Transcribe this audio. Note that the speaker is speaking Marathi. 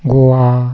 गोवा